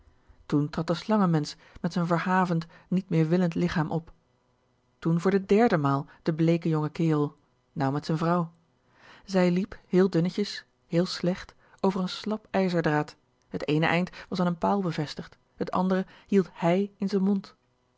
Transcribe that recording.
toen trad de slangenmensch met z'n ver havend niet mer willend lichaam op toen voor de dèrde maal de bleeke jonge kerel nou met z'n vrouw zij liep heel dunnetjes heel slecht over een slap ijzerdraad het eene eind was aan n paal bevestigd het ander hield hij in z'n mond